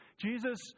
Jesus